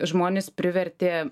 žmones privertė